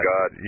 God